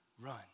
run